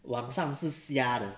晚上是瞎的